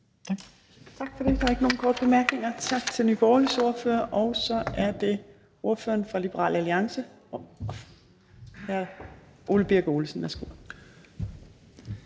Tak for det. Der er ikke nogen korte bemærkninger. Tak til Nye Borgerliges ordfører, og så er det ordføreren fra Liberal Alliance, hr. Ole Birk Olesen.